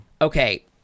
Okay